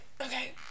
Okay